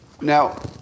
Now